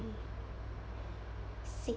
si~